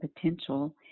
potential